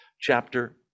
chapter